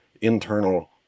internal